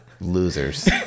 Losers